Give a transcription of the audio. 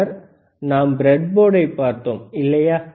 பின்னர் நாம் பிரெட் போர்டைப் பார்த்தோம் இல்லையா